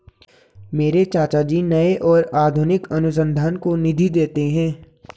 मेरे चाचा जी नए और आधुनिक अनुसंधान को निधि देते हैं